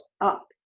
up